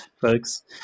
folks